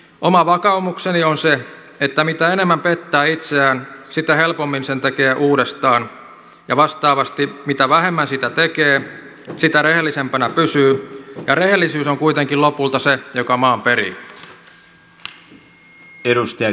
oma vakaumukseni on se että mitä enemmän pettää itseään sitä helpommin sen tekee uudestaan ja vastaavasti mitä vähemmän sitä tekee sitä rehellisempänä pysyy ja rehellisyys on kuitenkin lopulta se joka maan perii